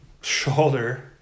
shoulder